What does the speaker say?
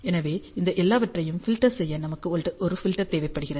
எனவே இந்த எல்லாவற்றையும் ஃபில்டர் செய்ய நமக்கு ஒரு ஃபில்டர் தேவைப்படுகிறது